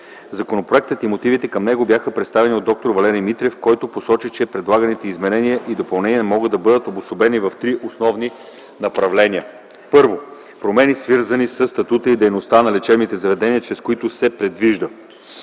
Законопроектът и мотивите към него бяха представени от д р Валерий Митрев, който посочи, че предлаганите изменения и допълнения могат да бъдат обособени в три основни направления. Първо, промени, свързани със статута и дейността на лечебните заведения, чрез които се предвижда: